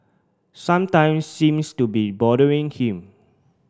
sometime seems to be bothering him